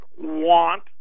want